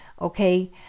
okay